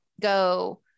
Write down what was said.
go